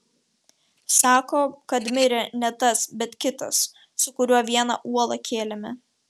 sako kad mirė ne tas bet kitas su kuriuo vieną uolą kėlėme